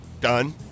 Done